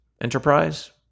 enterprise